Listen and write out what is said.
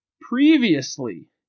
previously